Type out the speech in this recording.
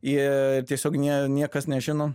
jie tiesiog ne niekas nežino